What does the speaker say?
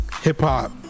hip-hop